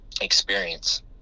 experience